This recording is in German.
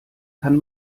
kann